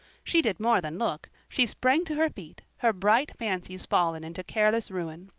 she did more than look. she sprang to her feet, her bright fancies fallen into cureless ruin.